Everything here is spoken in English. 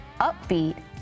upbeat